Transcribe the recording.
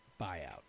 buyout